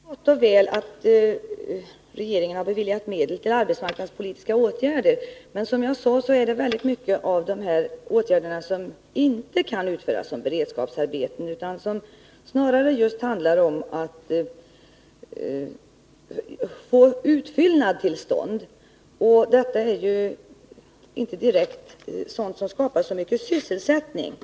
Herr talman! Det är gott och väl att regeringen har beviljat medel till arbetsmarknadspolitiska åtgärder. Men som jag sade är det många av de här åtgärderna som inte kan utföras som beredskapsarbeten, utan som snarare handlar om att få utfyllnad till stånd. Detta är inte direkt sådant som skapar mycket sysselsättning.